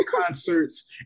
concerts